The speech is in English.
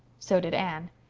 so did anne.